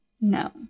No